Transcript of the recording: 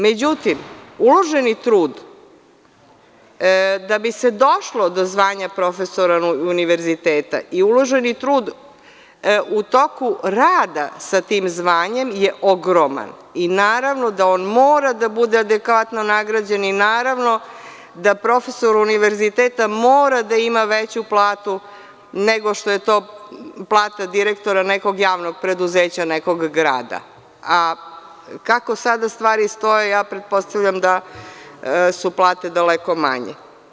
Međutim, uloženi trud da bi se došlo do zvanja profesora univerziteta i uloženi trud u toku rada sa tim zvanjem je ogroman i naravno da on mora da bude adekvatno nagrađen i naravno da profesor univerziteta mora da ima veću platu nego što je to plata direktora nekog javnog preduzeća, nekog grada, a kako sada stvari stoje, ja pretpostavljam da su plate daleko manje.